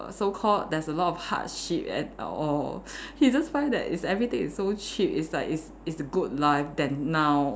so called there's a lot of hardship and or he just find that is everything is so cheap is like is is good life than now